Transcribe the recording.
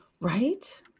right